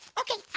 okay,